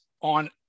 on